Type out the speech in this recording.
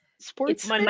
sports